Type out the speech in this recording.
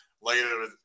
later